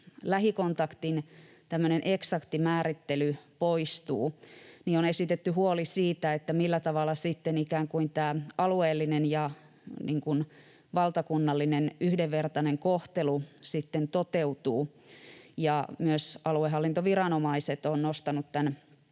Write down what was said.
lähikontaktin eksakti määrittely poistuu, on esitetty huoli siitä, millä tavalla sitten ikään kuin tämä alueellinen ja valtakunnallinen yhdenvertainen kohtelu toteutuu, ja myös aluehallintoviranomaiset ovat nostaneet tämän